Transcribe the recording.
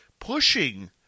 pushing